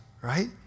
right